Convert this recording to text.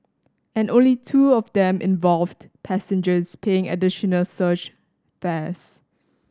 and only two of them involved passengers paying additional surge fares